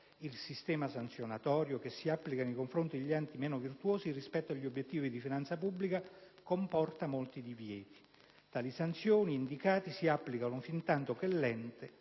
Il sistema sanzionatorio che si applica nei confronti degli enti meno virtuosi rispetto agli obiettivi di finanza pubblica comporta molti divieti. Le sanzioni indicate si applicano fin tanto che l'ente